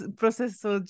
processo